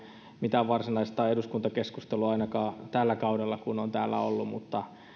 mitään varsinaista eduskuntakeskustelua ainakaan tällä kaudella kun olen täällä ollut mutta